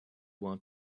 want